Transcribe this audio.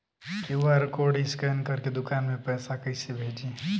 QR code scan करके दुकान में पैसा कइसे भेजी?